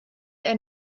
ein